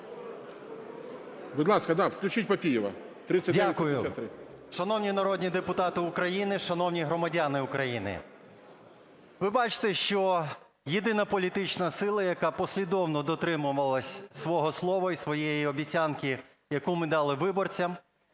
Дякую. Шановні народні депутати України, шановні громадяни України, ви бачите, що єдина політична сила, яка послідовно дотримувалась свого слова і своєї обіцянки, яку ми дали виборцям,